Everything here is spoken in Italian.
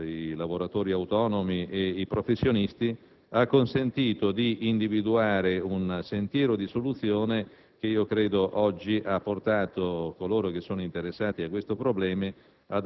i lavoratori autonomi e i professionisti ha consentito di individuare un sentiero di soluzione che io credo oggi abbia portato coloro che sono interessati al problema